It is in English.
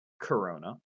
Corona